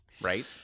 Right